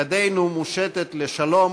ידנו מושטת לשלום,